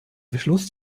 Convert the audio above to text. beschluss